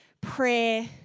prayer